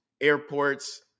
airports